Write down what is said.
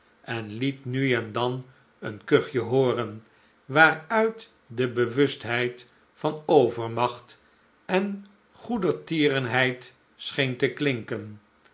en liet nu en dan een kuchje hooren waaruit de bewustheid van overmacht en goedertierenheid scheen te klinken